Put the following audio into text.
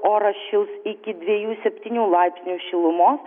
oras šils iki dviejų septyni laipsnių šilumos